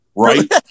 Right